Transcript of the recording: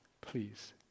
please